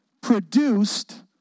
produced